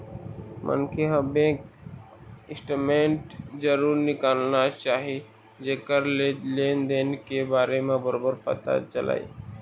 मनखे ल bank statement जरूर निकालना चाही जेखर ले लेन देन के बारे म बरोबर पता चलय